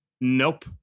Nope